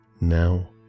now